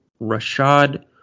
Rashad